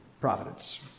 providence